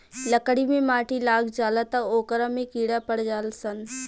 लकड़ी मे माटी लाग जाला त ओकरा में कीड़ा पड़ जाल सन